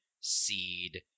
Seed